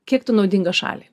kiek tu naudingas šaliai